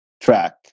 track